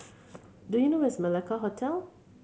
do you know where is Malacca Hotel